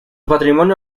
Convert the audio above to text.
patrimonio